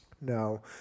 Now